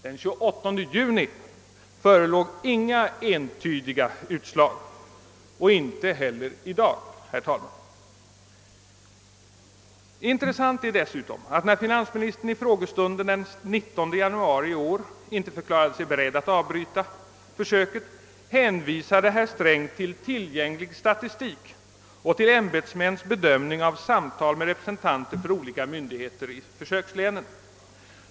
Den 28 juni förelåg inga entydiga utslag, och några sådana föreligger inte heller i dag, herr talman. Intressant är dessutom att finansministern, när han i frågestunden den 19 januari i år inte förklarade sig beredd att avbryta starkölsförsöket, hänvisade till tillgänglig statistik och till ämbetsmäns bedömning av samtal med representanter för olika myndigheter i försökslänen.